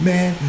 Man